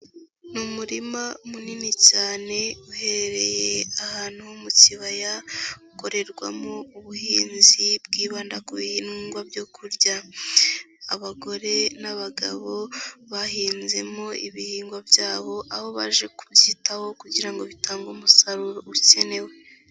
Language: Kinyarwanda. Ni umurima munini cyane uherereye ahantu ho mu kibaya ukorerwamo ubuhinzi bwibanda ku bihingwa byo kurya, abagore n'abagabo bahinzemo ibihingwa byabo aho baje kubyitaho kugira ngo bitange umusaruro ukenewe.